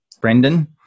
Brendan